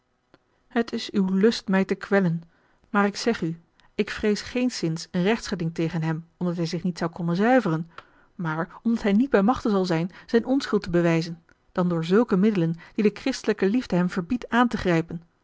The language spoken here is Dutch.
het is uw lust mij te kwellen maar ik zeg u ik vrees geenszins een rechtsgeding tegen hem omdat hij zich niet zou konnen zuiveren maar omdat hij niet bij machte zal zijn zijne onschuld te bewijzen dan door zulke middelen die de christelijke liefde hem verbiedt aan te grijpen